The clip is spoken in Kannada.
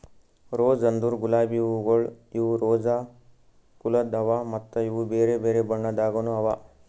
ರೋಸ್ ಅಂದುರ್ ಗುಲಾಬಿ ಹೂವುಗೊಳ್ ಇವು ರೋಸಾ ಕುಲದ್ ಅವಾ ಮತ್ತ ಇವು ಬೇರೆ ಬೇರೆ ಬಣ್ಣದಾಗನು ಅವಾ